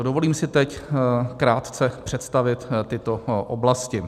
Dovolím si teď krátce představit tyto oblasti.